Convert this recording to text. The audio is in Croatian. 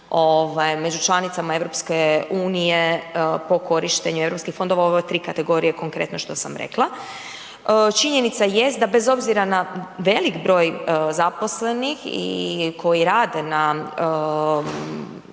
među članicama EU-a po korištenju europskih fondova, ove 3 kategorije konkretno što sam rekla. Činjenica jest da bez obzira na velik broj zaposlenih i koji rade na